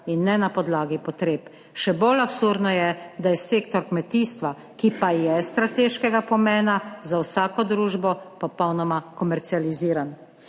in ne na podlagi potreb. Še bolj absurdno je, da je sektor kmetijstva, ki pa je strateškega pomena za vsako družbo, popolnoma komercializiran.